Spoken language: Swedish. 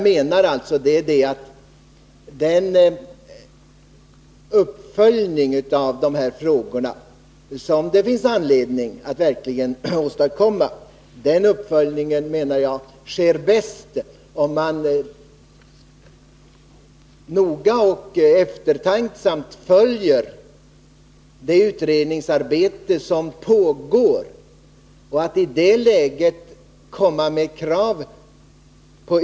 Den uppföljning av dessa frågor som det finns anledning att åstadkomma anser jag sker bäst om man noga och eftertänksamt följer det utredningsarbete som pågår.